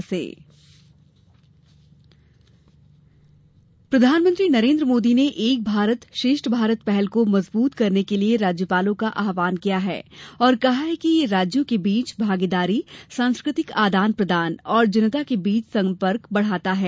PM राज्यपाल सम्मेलन प्रधानमंत्री नरेन्द्र मोदी ने एक भारत श्रेष्ठ भारत पहल को मजबूत करने के लिए राज्यपालों का आहवान किया है और कहा है कि यह राज्यों के बीच भागीदारी सांस्कृतिक आदान प्रदान और जनता के बीच सम्पर्क बढ़ाता है